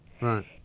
Right